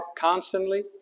constantly